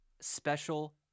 special